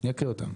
אני אקריא אותן.